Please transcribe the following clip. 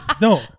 No